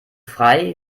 frei